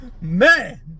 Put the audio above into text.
Man